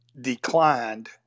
declined